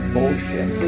Bullshit